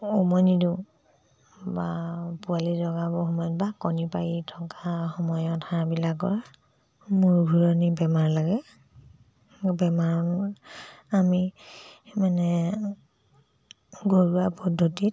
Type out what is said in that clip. উমনি দিওঁ বা পোৱালি জগাব সময়ত বা কণী পাৰি থকা সময়ত হাঁহবিলাকৰ মূৰ ঘূৰণি বেমাৰ লাগে বেমাৰ আমি মানে ঘৰুৱা পদ্ধতিত